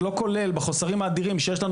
זה לא כולל את החוסרים האדירים שיש לנו